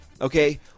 Okay